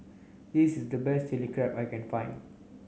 this is the best Chilli Crab that I can find